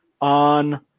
on